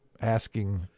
asking